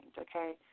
okay